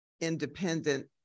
independent